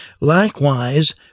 Likewise